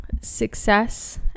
success